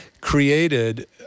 created